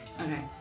Okay